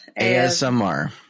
ASMR